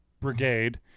Brigade